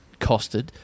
costed